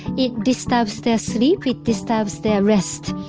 it disturbs their sleep. it disturbs their rest.